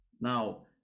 Now